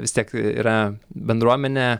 vis tiek yra bendruomenė